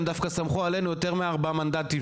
הם דווקא סמכו עלינו יותר מארבעה מנדטים